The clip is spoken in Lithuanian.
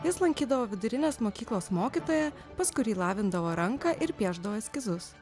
jis lankydavo vidurinės mokyklos mokytoją pas kurį lavindavo ranką ir piešdavo eskizus